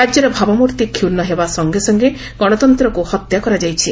ରାଜ୍ୟର ଭାବମୂର୍ତ୍ତି କ୍ଷୁଶ୍ଣ ହେବା ସଙ୍ଗେ ସଙ୍ଗେ ଗଣତନ୍ତ୍ରକୁ ହତ୍ୟା କରାଯାଇଛି